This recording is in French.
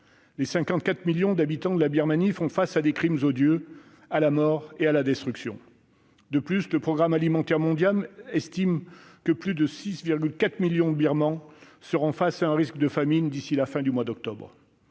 Les 54 millions d'habitants de la Birmanie font face à des crimes odieux, à la mort et à la destruction. En outre, le Programme alimentaire mondial estime que plus de 6,4 millions de Birmans sont exposés à un risque de famine d'ici à la fin du mois d'octobre.